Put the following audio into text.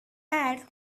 add